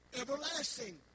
everlasting